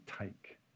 take